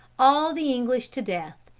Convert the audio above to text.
all the english to death,